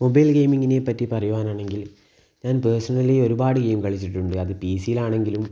mobile ഗെയിമിങ്ങിനെ പറ്റി പറയുവാനാണെങ്കിൽ ഞാൻ പേഴ്സണലി ഒരുപാട് ഗെയിം കളിച്ചിട്ടുണ്ട് അത് പി സി ആണെങ്കിലും